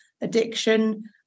addiction